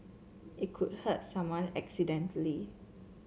it could hurt someone accidentally